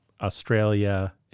Australia